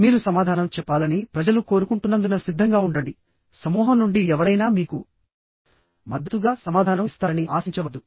మీరు సమాధానం చెప్పాలని ప్రజలు కోరుకుంటున్నందున సిద్ధంగా ఉండండిసమూహం నుండి ఎవరైనా మీకు మద్దతుగా సమాధానం ఇస్తారని ఆశించవద్దు